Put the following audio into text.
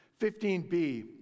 15b